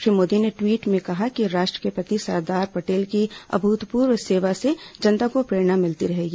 श्री मोदी ने ट्वीट में कहा कि राष्ट्र के प्रति सरदार पटेल की अभूतपूर्व सेवा से जनता को प्रेरणा मिलती रहेगी